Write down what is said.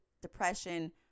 depression